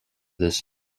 this